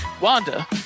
wanda